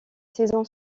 saison